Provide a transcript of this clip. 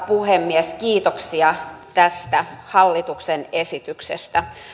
puhemies kiitoksia tästä hallituksen esityksestä